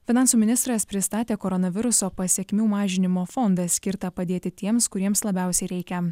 finansų ministras pristatė koronaviruso pasekmių mažinimo fondą skirtą padėti tiems kuriems labiausiai reikia